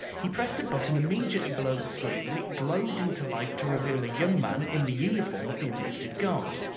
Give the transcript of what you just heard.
he pressed a button immediately below the screen and it glowed into life to reveal a young man in the uniform of the enlisted guard.